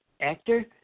Actor